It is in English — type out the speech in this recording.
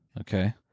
Okay